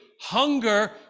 hunger